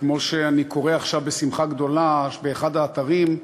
כשם שאני קורא עכשיו בשמחה גדולה באחד האתרים,